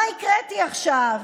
מה הקראתי עכשיו?